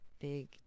big